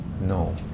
No